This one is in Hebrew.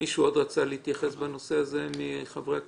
מישהו עוד רצה להתייחס לנושא הזה מבין חברי הכנסת?